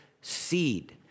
seed